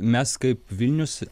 mes kaip vilnius